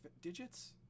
digits